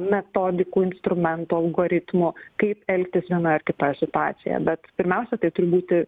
metodikų instrumento algoritmo kaip elgtis vienoje ar kitoje situacijoje bet pirmiausia tai turi būti